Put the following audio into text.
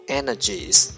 energies